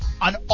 on